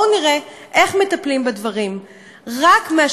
בואו נראה איך מטפלים בדברים,